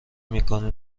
میکنیم